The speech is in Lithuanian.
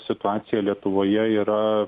situacija lietuvoje yra